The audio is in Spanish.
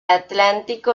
atlántico